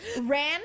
ran